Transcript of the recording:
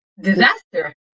disaster